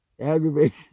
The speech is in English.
Aggravation